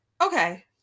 okay